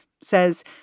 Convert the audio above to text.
says